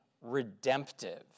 redemptive